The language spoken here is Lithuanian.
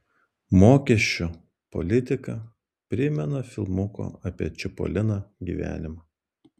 mokesčių politika primena filmuko apie čipoliną gyvenimą